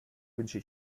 wünsche